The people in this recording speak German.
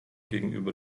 gegenüber